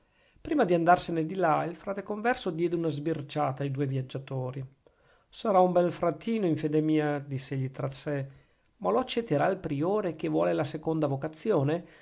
prima di andarsene di là il frate converso diede una sbirciata ai due viaggiatori sarà un bel fratino in fede mia diss'egli tra sè ma lo accetterà il priore che vuole la seconda vocazione